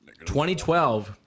2012